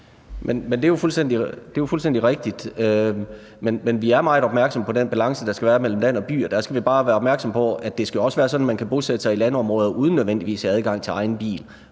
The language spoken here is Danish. det er jo fuldstændig rigtigt, og vi er meget opmærksomme på den balance, der skal være mellem land og by. Vi bare være opmærksomme på der, at det også skal være sådan, at man kan bosætte sig i landområder uden nødvendigvis at have adgang til egen bil.